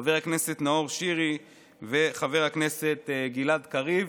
חבר הכנסת נאור שירי וחבר הכנסת גלעד קריב.